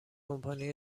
کمپانی